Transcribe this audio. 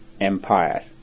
Empire